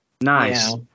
Nice